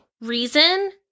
reason